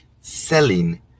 selling